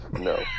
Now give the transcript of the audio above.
No